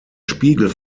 spiegel